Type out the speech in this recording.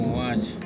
watch